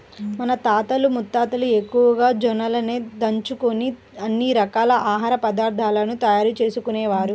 మన తాతలు ముత్తాతలు ఎక్కువగా జొన్నలనే దంచుకొని అన్ని రకాల ఆహార పదార్థాలను తయారు చేసుకునేవారు